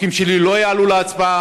החוקים שלי לא יעלו להצבעה,